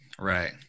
Right